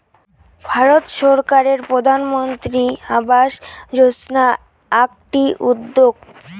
ভারত সরকারের প্রধানমন্ত্রী আবাস যোজনা আকটি উদ্যেগ